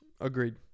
Agreed